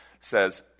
says